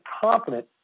confident